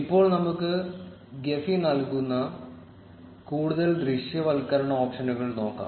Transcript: ഇപ്പോൾ നമുക്ക് ഗെഫി നൽകുന്ന കൂടുതൽ ദൃശ്യവൽക്കരണ ഓപ്ഷനുകൾ നോക്കാം